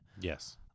Yes